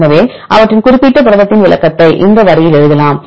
எனவே அவற்றின் குறிப்பிட்ட புரதத்தின் விளக்கத்தை அந்த வரியில் எழுதலாம்